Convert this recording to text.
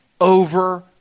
over